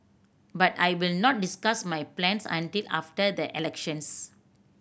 but I will not discuss my plans until after the elections